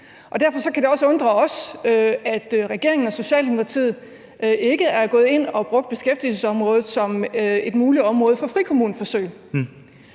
Derfor kan det også undre os, at regeringen og Socialdemokratiet ikke er gået ind og har brugt beskæftigelsesområdet som et muligt område for frikommuneforsøg.